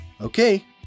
Okay